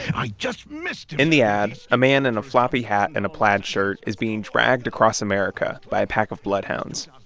i just missed him in the ad, a man in a floppy hat and a plaid shirt is being dragged across america by a pack of bloodhounds.